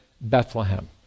Bethlehem